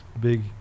big